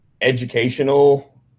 educational